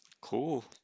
Cool